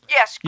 Yes